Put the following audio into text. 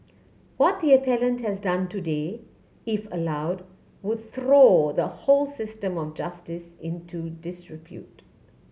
what the appellant has done today if allowed would throw the whole system of justice into disrepute